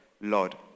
Lord